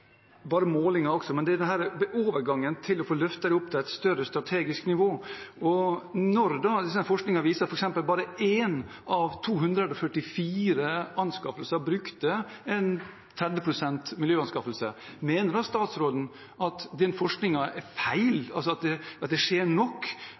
bare målinger, men overgangen til å få løftet det opp til et større strategisk nivå. Når forskningen f.eks. viser at bare én av 244 anskaffelser vektet miljø med 30 pst., mener da statsråden at den forskningen er